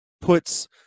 puts